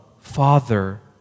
Father